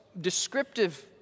descriptive